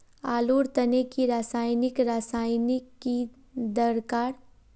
आलूर तने की रासायनिक रासायनिक की दरकार?